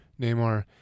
Neymar